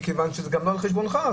מכיוון שזה גם לא על חשבונך.